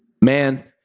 man